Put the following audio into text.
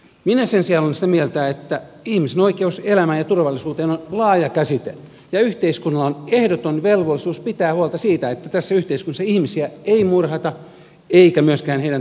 minä sen sijaan olen sitä mieltä että ihmisen oikeus elämään ja turvallisuuteen on laaja käsite ja yhteiskunnalla on ehdoton velvollisuus pitää huolta siitä että tässä yhteiskunnassa ihmisiä ei murhata eikä myöskään heidän turvallisuuteensa puututa